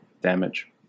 damage